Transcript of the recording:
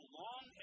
long